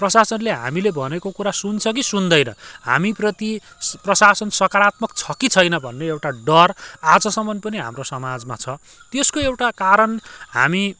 प्रशासनले हामीले भनेको कुरा सुन्छ कि सुन्दैन हामीप्रति प्रशासन सकारात्मक छ कि छैन भन्ने एउटा डर आजसम्म पनि हाम्रो समाजमा छ त्यसको एउटा कारण हामी